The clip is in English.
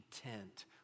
content